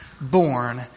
born